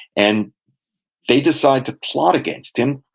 and they decide to plot against him.